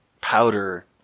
powder